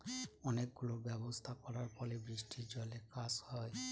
অনেক গুলো ব্যবস্থা করার ফলে বৃষ্টির জলে কাজ হয়